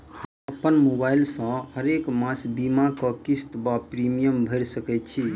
हम अप्पन मोबाइल सँ हरेक मास बीमाक किस्त वा प्रिमियम भैर सकैत छी?